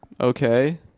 Okay